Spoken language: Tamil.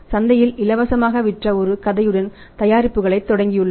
சந்தையில் இலவசமாக விற்ற ஒரு கதையுடன் தயாரிப்புகளை தொடங்கியுள்ளனர்